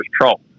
troll